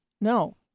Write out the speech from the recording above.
no